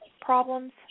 problems